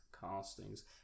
castings